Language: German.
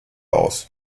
aus